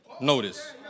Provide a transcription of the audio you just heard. notice